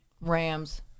Rams